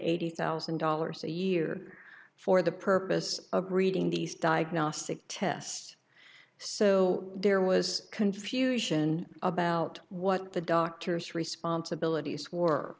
eighty thousand dollars a year for the purpose of reading these diagnostic tests so there was confusion about what the doctor's responsibilities were